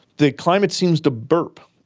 the climate seems to burp,